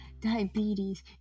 diabetes